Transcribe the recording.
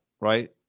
right